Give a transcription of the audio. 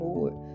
Lord